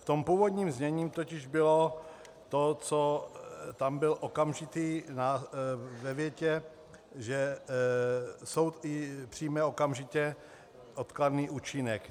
V tom původním znění totiž bylo to, co... tam byl okamžitý, ve větě, že soud přijme okamžitě odkladný účinek.